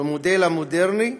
במודל המודרני,